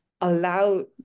allow